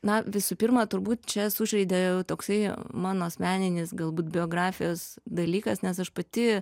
na visų pirma turbūt čia sužaidė toksai mano asmeninis galbūt biografijos dalykas nes aš pati